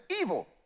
evil